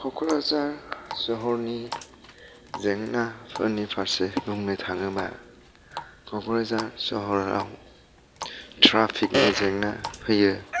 क'क्राझार सहरनि जेंनाफोरनि फारसे बुंनो थाङोबा क'क्राझार सहराव त्राफिकनि जेंना फैयो